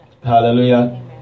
Hallelujah